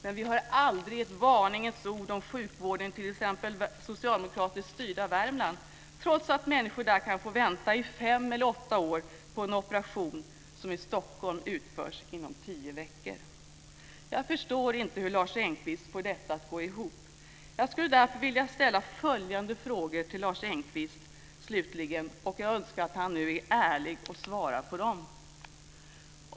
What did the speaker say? Men vi hör aldrig ett varningens ord om sjukvården i t.ex. det socialdemokratiskt styrda Värmland, trots att människor där kan få vänta i fem eller åtta år på en operation som i Jag förstår inte hur Lars Engqvist får detta att gå ihop. Jag skulle därför slutligen vilja ställa följande frågor till Lars Engqvist. Jag önskar att han nu är ärlig och svarar på dem.